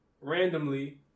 randomly